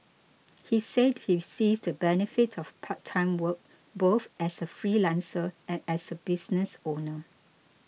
he said he sees the benefit of part time work both as a freelancer and as a business owner